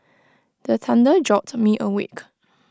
the thunder jolt me awake